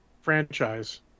franchise